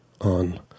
on